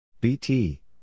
BT